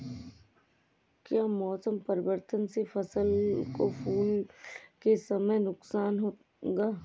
क्या मौसम परिवर्तन से फसल को फूल के समय नुकसान होगा?